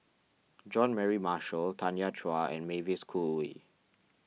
Jean Mary Marshall Tanya Chua and Mavis Khoo Oei